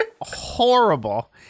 horrible